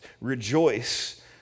Rejoice